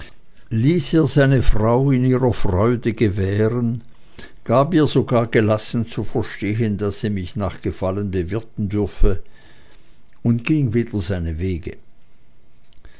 seine frau in ihrer freude gewähren gab ihr sogar gelassen zu verstehen daß sie mich nach gefallen bewirten dürfe und ging wieder seine wege